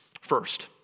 First